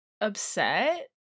upset